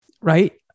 right